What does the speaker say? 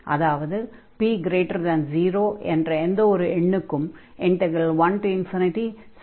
அதாவது p0 என்ற எந்த ஒரு எண்ணுக்கும் 1sin x xpdx கன்வர்ஜ் ஆகும்